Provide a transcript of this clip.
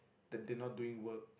that they're not doing work